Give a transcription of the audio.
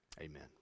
Amen